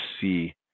see